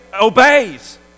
obeys